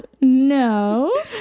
No